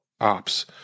ops